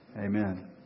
Amen